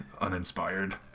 uninspired